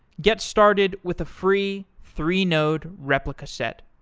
get started with a free three-node replica set,